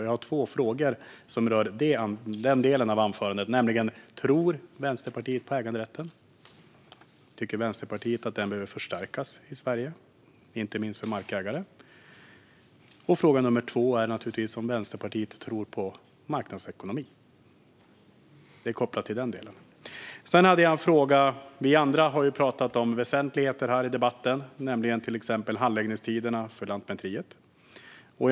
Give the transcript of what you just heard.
Jag har två frågor som rör den delen av anförandet, nämligen: Tror Vänsterpartiet på äganderätten - tycker Vänsterpartiet att den behöver förstärkas i Sverige, inte minst för markägare? Den andra frågan är: Tror Vänsterpartiet på marknadsekonomi? Det är kopplat till den delen. Sedan har jag en fråga. Vi andra har pratat om väsentligheter här i debatten, nämligen om handläggningstiderna för Lantmäteriet, till exempel.